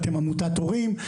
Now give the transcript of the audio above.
אתם עמותת הורים.